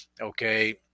Okay